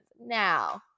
Now